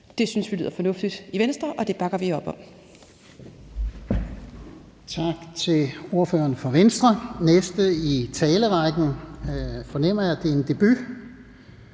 i Venstre lyder fornuftigt, og det bakker vi op om.